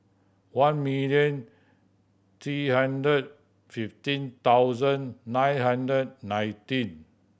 one million three hundred fifteen thousand nine hundred nineteen